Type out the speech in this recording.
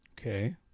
Okay